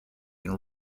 and